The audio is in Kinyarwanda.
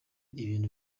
ibintu